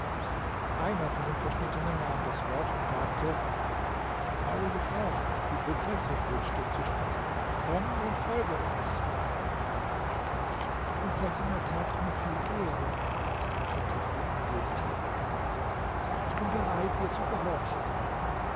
einer von den verschnittenen nahm das wort und sagte heilige frau die prinzessin wünscht dich zu sprechen komm und folge uns die prinzessin erzeigt mir viele ehre antwortete die angebliche fatime ich bin bereit ihr zu gehorchen